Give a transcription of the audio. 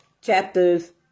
chapters